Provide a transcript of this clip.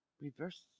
reverse